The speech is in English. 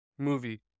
Movie